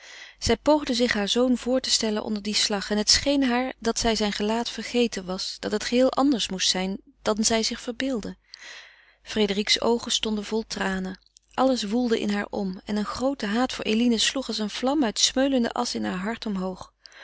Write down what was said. zij poogde zich haar zoon voor te stellen onder dien slag en het scheen haar dat zij zijn gelaat vergeten was dat het geheel anders moest zijn dan zij zich verbeeldde frédérique's oogen stonden vol tranen alles woelde in haar om en een groote haat voor eline sloeg als eene vlam uit smeulende asch in haar hart omhoog